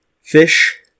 Fish